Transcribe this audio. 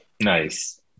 Nice